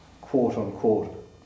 quote-unquote